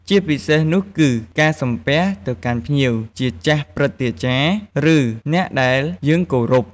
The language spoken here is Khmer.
ជាពិសេសនោះគឺ ការសំពះទៅកាន់ភ្ញៀវ ជាចាស់ព្រឹទ្ធាចារ្យ ឬអ្នកដែលយើងគោរព។